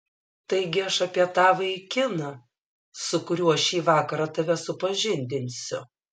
taigi aš apie tą vaikiną su kuriuo šį vakarą tave supažindinsiu